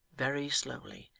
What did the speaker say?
very slowly,